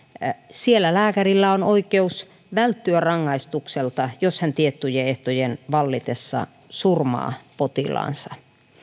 siellä lääkärillä on oikeus välttyä rangaistukselta jos hän tiettyjen ehtojen vallitessa surmaa potilaansa